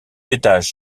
étages